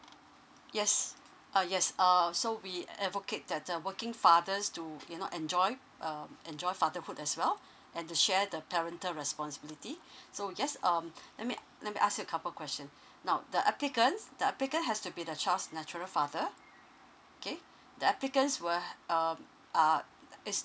yes uh yes err so we advocate that the working fathers to you know enjoy um enjoy fatherhood as well and to share the parental responsibility so yes um let me let me ask you a couple question now the applicants the applicant has to be the child's natural father okay the applicants will um err is